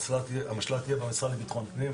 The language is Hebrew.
המשל"ט יהיה במשרד לביטחון פנים,